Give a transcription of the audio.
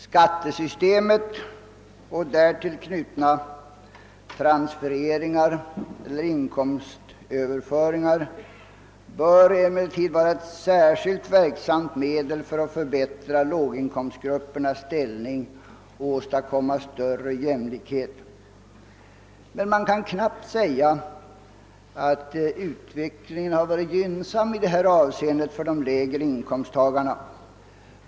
Skattesystemet och därtill knutna transfereringar eller inkomstöverföringar bör emellertid vara ett särskilt verksamt medel för att förbättra låginkomstgruppernas ställning och åstadkomma större jämlikhet. Man kan emellertid knappast påstå att utvecklingen har varit gynnsam i detta avseende för de lägre inkomsttagarna.